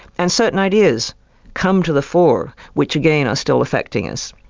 and certain ideas come to the fore, which again are still affecting us.